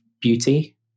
beauty